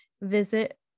visit